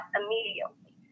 immediately